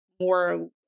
more